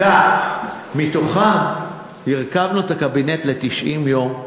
הכנסת לא, מתוכם הרכבנו את הקבינט ל-90 יום.